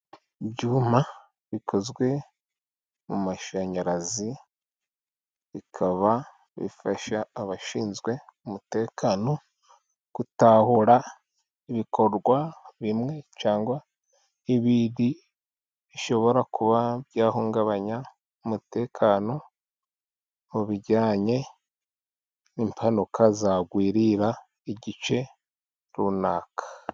Ibyuma bikozwe mu mashanyarazi, bikaba bifasha abashinzwe umutekano gutahura ibikorwa bimwe, cyangwa n'ibindi bishobora kuba byahungabanya umutekano mu bijyanye n'impanuka zagwirira igice runaka.